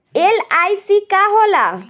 LIC का होला?